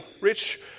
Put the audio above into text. rich